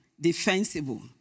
Defensible